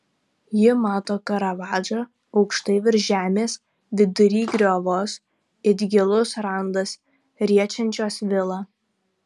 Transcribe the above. ji mato karavadžą aukštai virš žemės vidury griovos it gilus randas riečiančios vilą